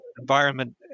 environment